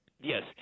Yes